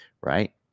right